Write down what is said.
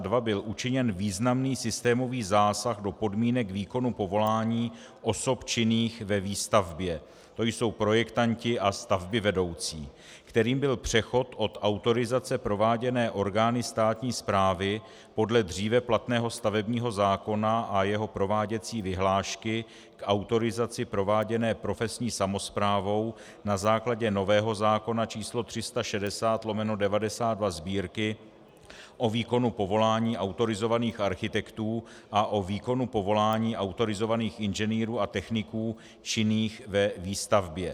V roce 1992 byl učiněn významný systémový zásah do podmínek výkonu povolání osob činných ve výstavbě, to jsou projektanti a stavbyvedoucí, kterým byl přechod od autorizace prováděné orgány státní správy podle dříve platného stavebního zákona a jeho prováděcí vyhlášky k autorizaci prováděné profesní samosprávou na základě nového zákona č. 360/1992 Sb., o výkonu povolání autorizovaných architektů a o výkonu povolání autorizovaných inženýrů a techniků činných ve výstavbě.